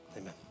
Amen